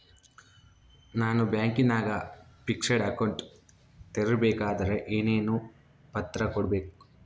ನಾನು ಬ್ಯಾಂಕಿನಾಗ fixed account ತೆರಿಬೇಕಾದರೆ ಏನೇನು ಕಾಗದ ಪತ್ರ ಕೊಡ್ಬೇಕು?